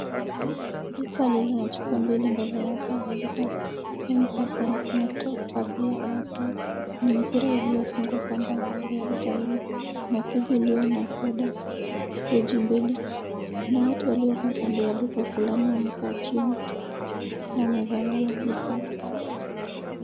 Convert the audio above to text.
Duka lililo na chupa mbili mbele yake limeandikwa mpesa na kuna topup ya airtime na mipira iliyofungwa kamba mbele ya duka hilo na friji iliyo na soda, friji mbili, kuna watu waliokaa kando ya duka fulani waliokaa chini na wamevalia slippers .